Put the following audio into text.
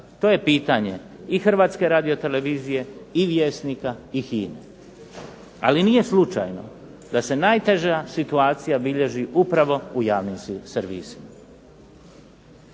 to je pitanje i Hrvatske radiotelevizije, i Vjesnika i HINA-e. Ali nije slučajno da se najteža situacija bilježi upravo u javnim servisima.